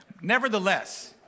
Nevertheless